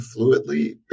fluidly